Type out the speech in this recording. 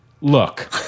Look